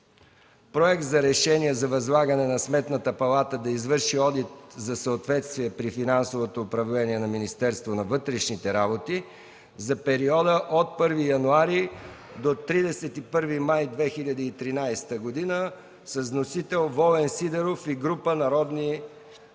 Проект за решение за възлагане на Сметната палата да извърши одит за съответствие при финансовото управление на Министерството на вътрешните работи за периода от 1 януари до 31 май 2013 г. Вносител – Волен Сидеров и група народни